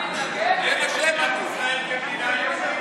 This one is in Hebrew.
זה מה שהם אמרו.